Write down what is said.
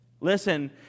Listen